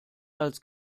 als